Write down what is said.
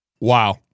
Wow